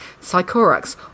psychorax